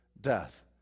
death